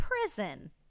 Prison